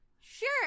Sure